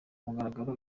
mugaragaro